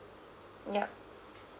yup